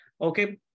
Okay